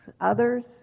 others